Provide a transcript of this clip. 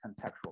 contextual